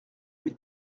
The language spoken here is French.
lui